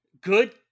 Good